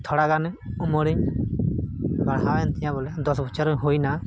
ᱛᱷᱚᱲᱟᱜᱟᱱ ᱩᱢᱟᱹᱨ ᱵᱟᱲᱦᱟᱣᱮᱱ ᱛᱤᱧᱟᱹ ᱵᱚᱞᱮ ᱫᱚᱥ ᱵᱚᱪᱷᱚᱨᱤᱧ ᱦᱩᱭᱱᱟ